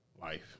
Life